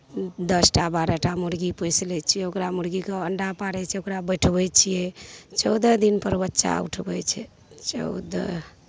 दस टा बारह टा मुरगी पोसि लै छिए ओकरा मुरगीके अण्डा पाड़ै छै ओकरा बैठबै छिए चौदह दिनपर बच्चा उठबै छै चौदह